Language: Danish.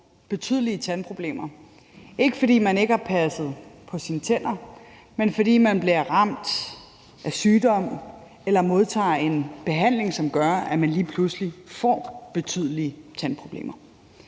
betydelige tandproblemer, ikke fordi man ikke har passet på sine tænder, men fordi man bliver ramt af sygdom eller modtager en behandling, som gør, at man lige pludselig får betydelige tandproblemer.